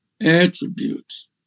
attributes